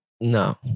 no